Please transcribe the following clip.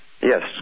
Yes